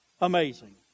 Amazing